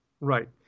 Right